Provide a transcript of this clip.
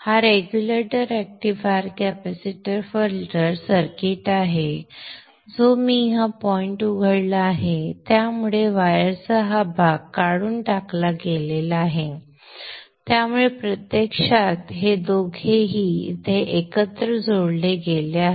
हा regular rectifier capacitor filter circuit आहे जो मी हा पॉइंट उघडला आहे त्यामुळे वायरचा हा भाग काढून टाकला गेला आहे त्यामुळे प्रत्यक्षात हे दोन्ही इथे एकत्र जोडले गेले आहेत